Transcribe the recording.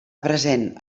present